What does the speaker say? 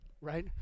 right